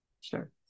Sure